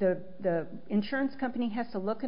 the insurance company has to look